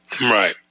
Right